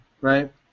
right